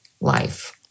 life